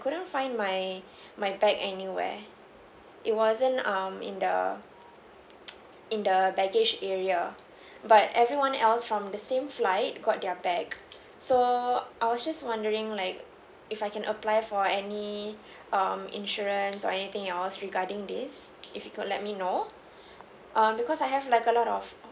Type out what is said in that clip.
couldn't find my my bag anywhere it wasn't um in the in the baggage area but everyone else from the same flight got their bag so I was just wondering like if I can apply for any um insurance or anything else regarding this if you could let me know um because I have like a lot of